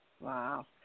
Wow